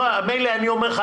מילא אני אומר לך,